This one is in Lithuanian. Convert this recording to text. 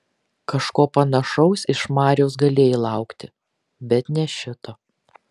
kažko panašaus iš mariaus galėjai laukti bet ne šito